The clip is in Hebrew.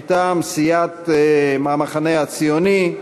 מטעם סיעת המחנה הציוני,